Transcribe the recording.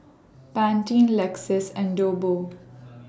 Pantene Lexus and